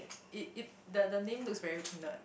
it it the the name looks very nerd